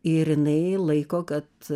ir jinai laiko kad